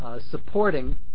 supporting